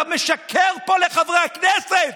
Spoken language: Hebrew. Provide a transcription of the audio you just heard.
אתה משקר פה לחברי הכנסת.